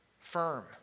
firm